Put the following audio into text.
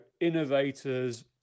innovators